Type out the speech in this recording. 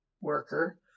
worker